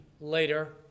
later